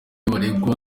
baregwa